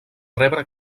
rebre